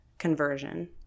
conversion